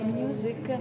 music